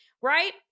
right